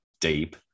deep